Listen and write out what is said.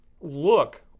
look